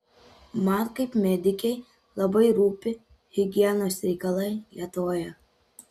man kaip medikei labai rūpi higienos reikalai lietuvoje